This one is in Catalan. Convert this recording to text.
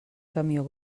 camió